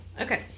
Okay